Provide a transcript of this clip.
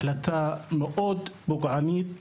החלטה זו היא מאוד פוגענית,